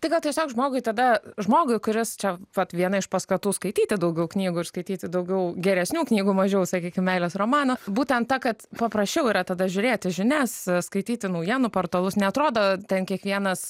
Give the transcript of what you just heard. tai gal tiesiog žmogui tada žmogui kuris čia vat viena iš paskatų skaityti daugiau knygų ir skaityti daugiau geresnių knygų mažiau sakykim meilės romanų būtent ta kad paprasčiau yra tada žiūrėti žinias skaityti naujienų portalus neatrodo ten kiekvienas